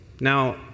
Now